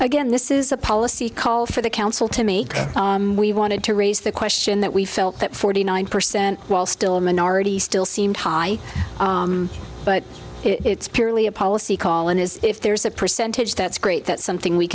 again this is a policy call for the council to make we wanted to raise the question that we felt that forty nine percent while still a minority still seemed high but it's purely a policy call and as if there's a percentage that's great that's something we